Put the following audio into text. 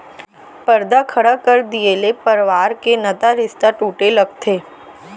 परदा खड़ा कर दिये ले परवार के नता रिस्ता टूटे लगथे